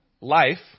Life